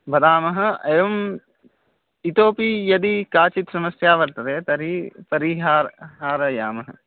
वदामः एवम् इतोऽपी यदी काचित् समस्या वर्तते तर्हि तर्हि हार् हारयामः